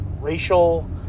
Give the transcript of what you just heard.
racial